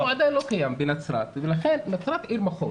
הוא עדיין לא קיים בנצרת, ונצרת היא עיר מחוז,